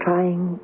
trying